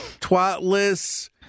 twatless